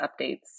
updates